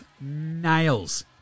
nails